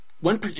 One